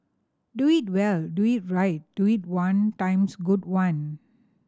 do it well do it right do it one times good one